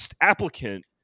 applicant